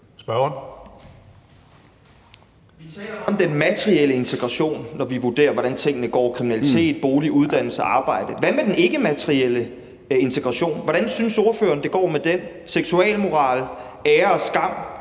Vi taler meget om den materielle integration, når vi vurderer, hvordan tingene går, altså kriminalitet, bolig, uddannelse og arbejde. Hvad med den ikkematerielle integration? Hvordan synes ordføreren at det går med den? Det er seksualmoral, ære og skam,